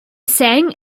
sang